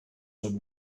than